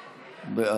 בעד,